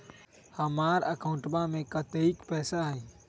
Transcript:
हमार अकाउंटवा में कतेइक पैसा हई?